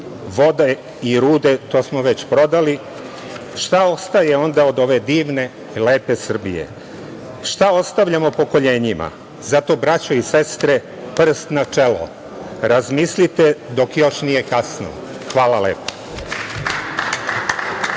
vode i rude smo već prodali, šta ostaje onda od ove divne i lepe Srbije? šta ostavljamo pokoljenjima? Zato braćo i sestre, prst na čelo, razmislite dok još nije kasno. Hvala lepo.